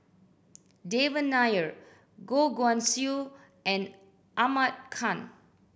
Devan Nair Goh Guan Siew and Ahmad Khan